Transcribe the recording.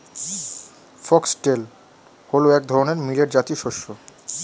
foxtail হল এক ধরনের মিলেট জাতীয় শস্য